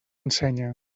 ensenya